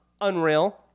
unreal